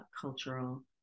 cultural